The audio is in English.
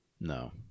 no